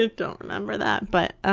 ah don't remember that, but, ah